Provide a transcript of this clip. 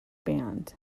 band